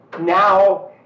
now